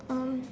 um